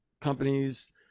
companies